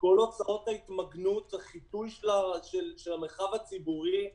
כל הוצאות ההתמגנות, החיטוי של המרחב הציבורי,